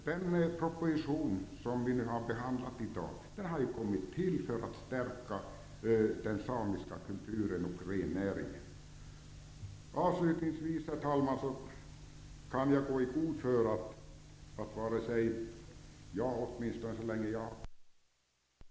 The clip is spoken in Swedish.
Den proposition som vi har behandlat i dag har ju kommit till för att stärka den samiska kulturen och rennäringen. Avslutningsvis, herr talman, kan jag gå i god för att varken jag, åtminstone den tid jag har kvar här i kammaren, eller den berörda samebyn kommer att ge oss förrän den här vägen har blivit en realitet.